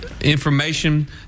information